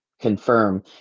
confirm